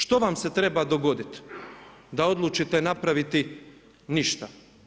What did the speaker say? Što vam se treba dogoditi da odlučite napraviti ništa?